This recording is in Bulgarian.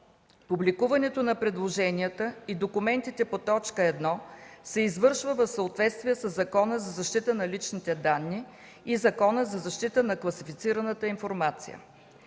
Публикуването на предложенията и документите по т. 1 се извършва в съответствие със Закона за защита на личните данни и Закона за защита на класифицираната информация.